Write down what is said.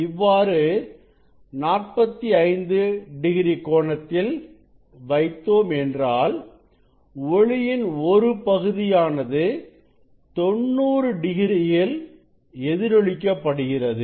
இவ்வாறு 45 டிகிரி கோணத்தில் வைத்தோம் என்றால் ஒளியின் ஒரு பகுதி 90 டிகிரியில் எதிரொலிக்க படுகிறது